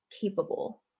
capable